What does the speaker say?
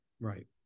Right